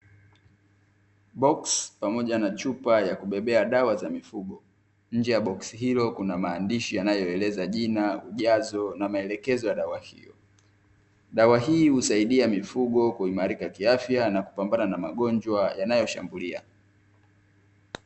Boksi pamoja na chupa ya kubebea dawa za mifugo, nje ya boksi kuna maandishi yanayoeleza jina, ujazo na maelekezo ya dawa hiyo, dawa hii husaidia mifugo kuimarika kiafya na kupambana na magonjwa yanayoshambulia.